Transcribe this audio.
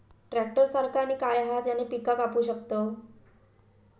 Tractor सारखा आणि काय हा ज्याने पीका कापू शकताव?